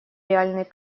реальный